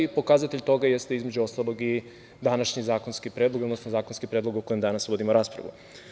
Pokazatelj toga jeste, između ostalog, i današnji zakonski predlog, odnosno zakonski predlog o kojem danas vodimo raspravu.